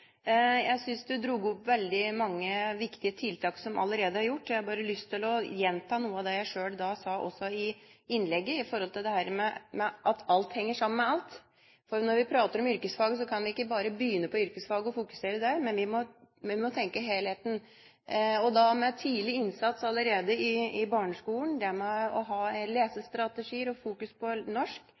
Jeg synes hun tok opp veldig mange viktige tiltak som allerede er gjort, men jeg har bare lyst til å gjenta noe av det jeg sjøl sa i innlegget, det at alt henger sammen med alt. Når vi prater om yrkesfag, kan vi ikke bare begynne med yrkesfag og fokusere på det, men vi må tenke på helheten med tidlig innsats allerede i barneskolen, det å ha lesestrategier og fokus på norsk,